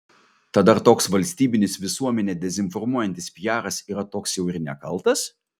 tad ar toks valstybinis visuomenę dezinformuojantis piaras yra toks jau ir nekaltas